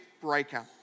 breaker